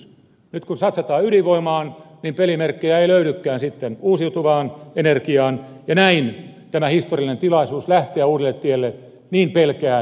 nyt kun satsataan ydinvoimaan pelimerkkejä ei sitten löydykään uusiutuvaan energiaan ja näin tämä historiallinen tilaisuus lähteä uudelle tielle niin pelkään menetetään